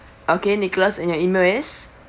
okay nicholas and your email is